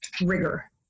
rigor